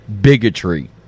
bigotry